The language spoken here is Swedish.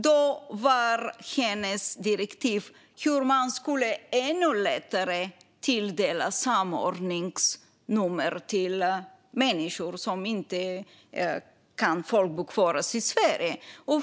Då var hennes direktiv hur man ännu lättare skulle tilldela samordningsnummer till människor som inte kan folkbokföras i Sverige.